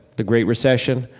the great recession,